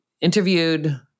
interviewed